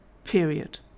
period